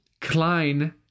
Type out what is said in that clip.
Klein